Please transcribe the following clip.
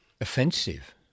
offensive